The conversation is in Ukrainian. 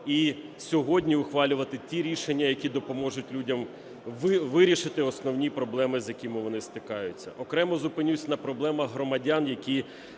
і сьогодні ухвалювати ті рішення, які допоможуть людям вирішити основні проблеми, з якими вони стикаються. Окремо зупинюсь на проблемах громадян, які